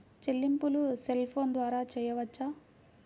చెల్లింపులు cell phone ద్వారా చేయవచ్చా?